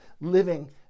living